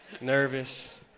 Nervous